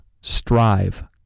Strive